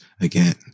again